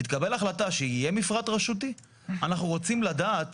תתקבל החלטה שיהיה מפרט רשותי, אנחנו רוצים לדעת